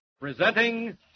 Presenting